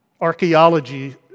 Archaeology